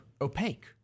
opaque